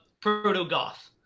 Proto-Goth